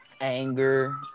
Anger